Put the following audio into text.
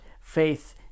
faith